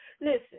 Listen